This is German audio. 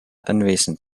anwesend